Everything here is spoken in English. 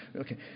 Okay